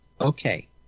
okay